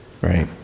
right